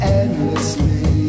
endlessly